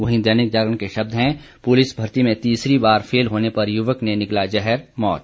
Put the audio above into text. वहीं दैनिक जागरण के शब्द हैं पुलिस भर्ती में तीसरी बार फेल होने पर युवक ने निगला जहर मौत